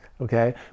okay